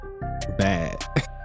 bad